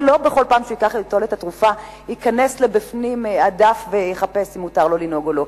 לא בכל פעם שייטול את התרופה הוא יחפש בדף אם מותר לו לנהוג או לא.